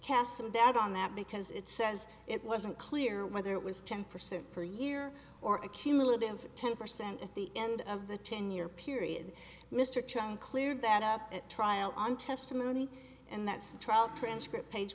casts some doubt on that because it says it wasn't clear whether it was ten percent per year or a cumulative ten percent at the end of the ten year period mr chang cleared that up at trial on testimony and that's the trial transcript page